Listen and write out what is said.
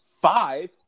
five